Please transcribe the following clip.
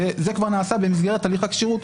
וזה כבר נעשה במסגרת הליך הכשירות.